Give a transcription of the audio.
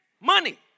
money